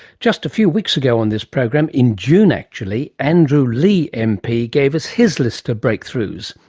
just a few weeks ago on this program, in june actually, andrew leigh mp gave us his list of breakthroughs.